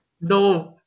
No